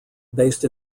based